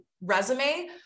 resume